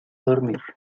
dormir